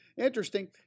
Interesting